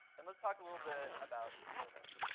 and let's talk a little bit about service.